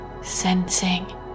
sensing